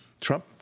Trump